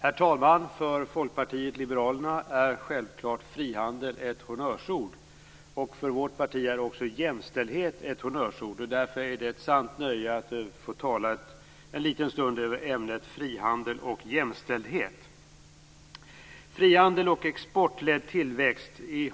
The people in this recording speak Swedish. Herr talman! För Folkpartiet liberalerna är självklart ordet frihandel ett honnörsord. För vårt parti är också ordet jämställdhet ett honnörsord. Därför är det ett sant nöje att en liten stund få tala om ämnet frihandel och jämställdhet. Frihandel och exportledd tillväxt i